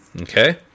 Okay